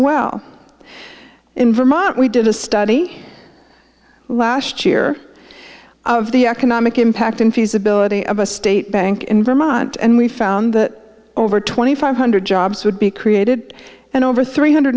well in vermont we did a study last year of the economic impact in feasibility of a state bank in vermont and we found that over twenty five hundred jobs would be created and over three hundred